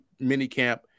minicamp